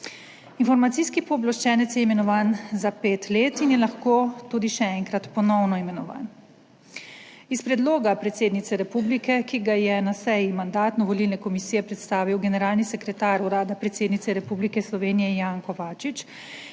Informacijski pooblaščenec je imenovan za pet let in je lahko tudi še enkrat ponovno imenovan. Iz predloga predsednice republike, ki ga je na seji Mandatno-volilne komisije predstavil generalni sekretar Urada predsednice Republike Slovenije Jan Kovačič,